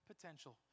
potential